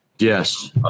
Yes